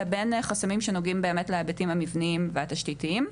לבין חסמים שנוגעים באמת להיבטים המבניים והתשתיתיים.